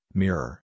mirror